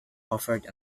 offered